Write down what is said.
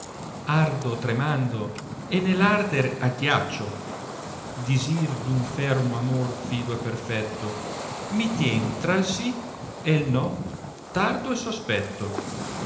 ardo tremando e nell arte agghiaccio disir d un fermo amor fido e perfetto mi tien tra il sì e no tardo e sospetto